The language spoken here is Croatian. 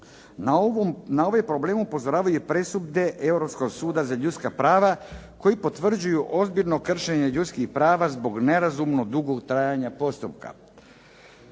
Na ove probleme upozoravaju i presude Europskog suda za ljudska prava koji potvrđuju ozbiljno kršenje ljudskih prava zbog nerazumno dugog trajanja postupaka.